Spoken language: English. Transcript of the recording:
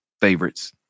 Favorites